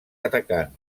atacant